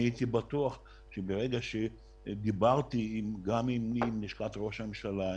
הייתי בטוח שברגע שדיברתי עם לשכת ראש הממשלה,